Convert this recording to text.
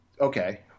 okay